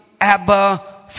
Abba